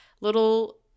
little